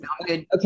Okay